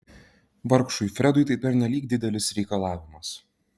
vargšui fredui tai pernelyg didelis reikalavimas